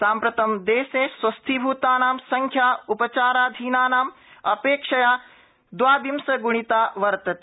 साम्प्रतं देशे स्वस्थीभूतानां संख्या उ चाराधीनानां अ क्षया द्वाविंश ग्णिता वर्तते